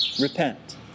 Repent